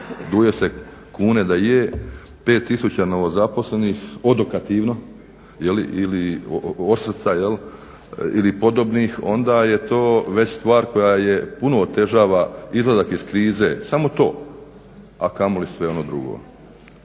Dujo se kune da je, 5 tisuća novozaposlenih odokativno ili od srca ili podobnih onda je to već stvar koja puno otežava izlazak iz krize samo to, a kamoli sve ono drugo.